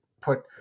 put